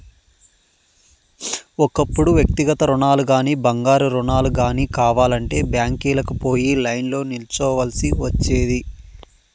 ఒకప్పుడు వ్యక్తిగత రుణాలుగానీ, బంగారు రుణాలు గానీ కావాలంటే బ్యాంకీలకి పోయి లైన్లో నిల్చోవల్సి ఒచ్చేది